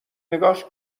نگاش